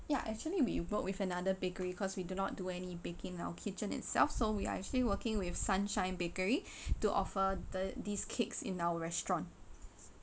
yeah actually we work with another bakery cause we do not do any baking in our kitchen itself so we are actually working with sunshine bakery to offer the this cakes in our restaurant